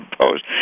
post